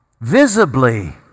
visibly